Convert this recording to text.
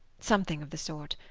something of the sort.